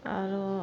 आरो